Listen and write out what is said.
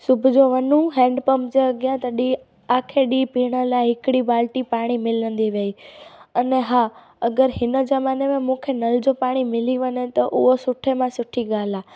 सुबुह जो वञूं हैण्डपंप जे अॻियां तॾी आख़िरि ॾींहुं पीअण लाइ हिकिड़ी बाल्टी पाणी मिलंदी हुई अने हा अगरि हिन ज़माने में मूंखे नल जो पाणी मिली वञे त उहो सुठे मां सुठी ॻाल्हि आहे